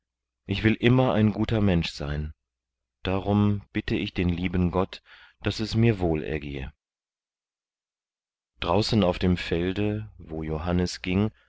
ich will immer ein guter mensch sein darum bitte ich den lieben gott daß es mir wohl ergehe draußen auf dem felde wo johannes ging